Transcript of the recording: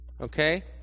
Okay